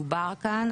דובר כאן,